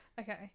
Okay